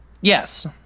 Yes